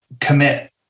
commit